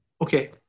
Okay